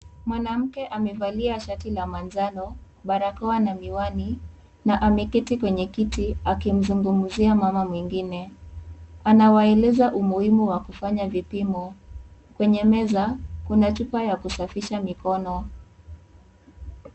Mwanamke amevalia shati la manjano, barakoa na miwani na ameketi kwenye kiti, akimzungumzia mama mwingine. Anawaeleza umuhimu wa kufanya vipimo. Kwenye meza, kuna chupa ya kusafisha mikono.